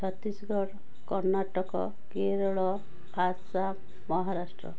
Chhattisgarh Karnataka Kerala Assam Maharashtra